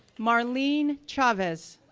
marlene chavez,